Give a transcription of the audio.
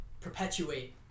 perpetuate